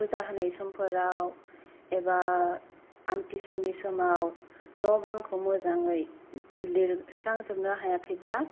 फुजा होनाय समफोराव एबा आमथि सुवानि समाव न' बां खौ मोजाङै लिरस्रां जोबनो हायाखैब्ला